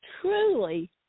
truly